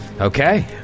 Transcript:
Okay